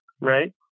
right